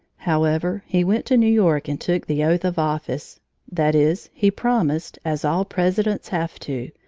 however, he went to new york and took the oath of office that is he promised, as all presidents have to,